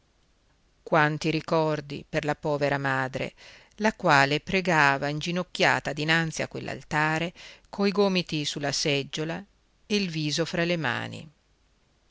quanti ricordi per la povera madre la quale pregava inginocchiata dinanzi a quell'altare coi gomiti sulla seggiola e il viso fra le mani